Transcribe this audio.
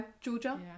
georgia